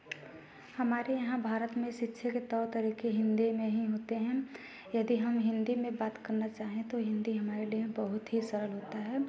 हमारे यहाँ भारत में शिक्षा के तौर तरीके हिंदी में ही होते हैं यदि हम हिंदी में बात करना चाहें तो हिंदी हमारे लिए बहुत ही सरल होता है